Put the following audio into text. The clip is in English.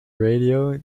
radio